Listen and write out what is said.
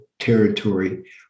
territory